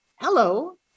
Hello